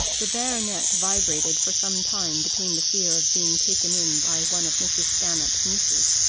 the baronet vibrated for some time between the fear of being taken in by one of mrs. stanhope's nieces,